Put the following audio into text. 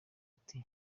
ati